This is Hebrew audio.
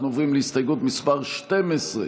אנחנו עוברים להסתייגות מס' 12,